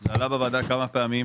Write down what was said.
זה עלה בוועדה כמה פעמים.